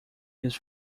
his